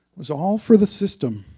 was all for the system.